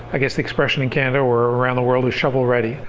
i guess the expression in canada or around the world is shovel-ready.